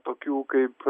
tokių kaip